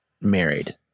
married